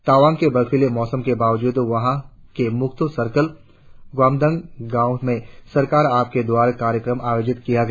तावांग के बर्फिले मौसम के बावजूद वहाँ के मुक्तो सर्कल ग्यामदंग गांव में सरकार आपके द्वार कार्यक्रम आयोजित किया गया